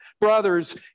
brothers